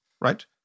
right